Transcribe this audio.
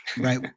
Right